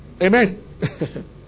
Amen